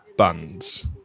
Buns